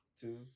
two